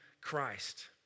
Christ